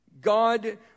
God